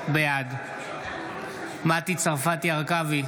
בעד מטי צרפתי הרכבי,